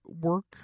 work